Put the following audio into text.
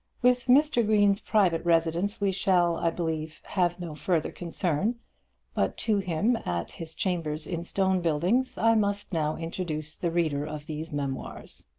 with mr. green's private residence we shall, i believe, have no further concern but to him at his chambers in stone buildings i must now introduce the reader of these memoirs.